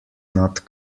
not